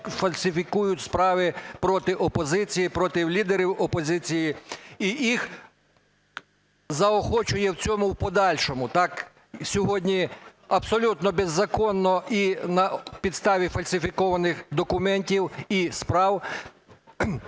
фальсифікують справи проти опозиції, проти лідерів опозиції. І їх заохочує в цьому в подальшому. Так сьогодні абсолютно беззаконно і на підставі фальсифікованих документів і справ